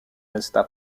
resta